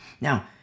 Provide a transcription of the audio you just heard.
now